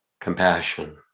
compassion